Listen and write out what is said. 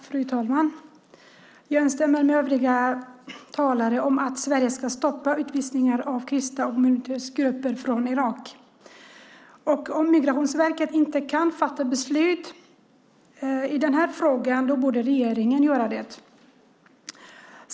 Fru talman! Jag instämmer med övriga talare om att Sverige ska stoppa utvisningar av kristna och andra minoritetsgrupper från Irak. Om Migrationsverket inte kan fatta beslut i den här frågan borde regeringen göra det.